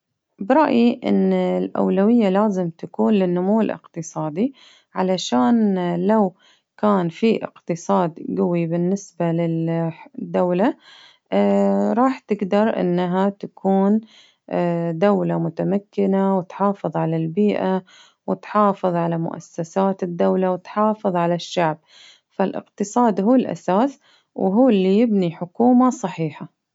برأيي إن الأولوية لازم تكون للنمو الإقتصادي، علشان لو كان في إقتصاد قوي بالنسبة للدولة راح تقدر إنها تكون دولة متمكنة، وتحافظ على البيئة، وتحافظ مؤسسات الدولة، وتحافظ على الشعب، فالإقتصاد هو الأساس، وهو اللي يبني حكومة صحيحة.